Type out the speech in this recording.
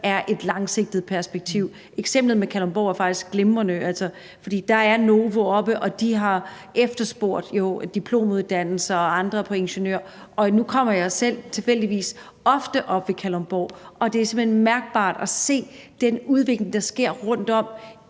er et langsigtet perspektiv? Eksemplet med Kalundborg er faktisk glimrende, for der er Novo Nordisk oppe, og de har jo efterspurgt diplomuddannelser og andre ingeniøruddannelser. Nu kommer jeg selv tilfældigvis ofte oppe ved Kalundborg, og det er simpelt hen mærkbart at se den udvikling, der sker rundtom